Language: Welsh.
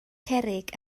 cerrig